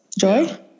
Joy